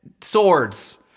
swords